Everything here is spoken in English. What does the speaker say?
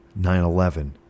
9-11